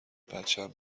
بچم